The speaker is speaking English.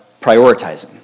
prioritizing